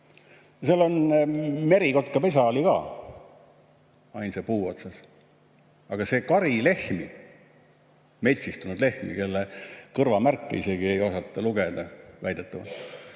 Seal oli merikotka pesa ainsa puu otsas. Aga see kari lehmi, metsistunud lehmi, kelle kõrvamärke isegi ei osata lugeda, kus need